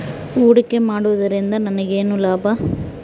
ಹೂಡಿಕೆ ಮಾಡುವುದರಿಂದ ನನಗೇನು ಲಾಭ?